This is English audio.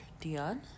dion